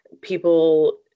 people